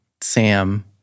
Sam